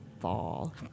fall